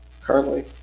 currently